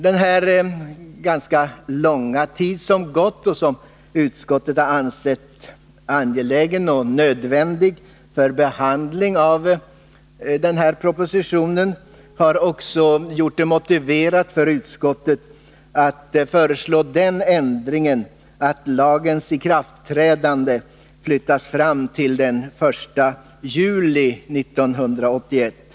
Den ganska långa tid som gått sedan propositionen lades fram och som utskottet har ansett nödvändig för behandlingen av propositionen har också gjort det motiverat för utskottet att föreslå den ändringen att tidpunkten för lagens ikraftträdande flyttas fram till den 1 juli 1981.